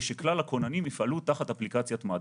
ושכלל הכוננים יפעלו תחת אפליקציית מד"א.